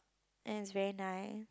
and it's very nice